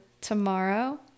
tomorrow